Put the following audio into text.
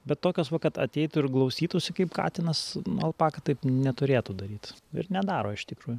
bet tokios va kad ateitų ir glaustytųsi kaip katinas n alpaka taip neturėtų daryt ir nedaro iš tikrųjų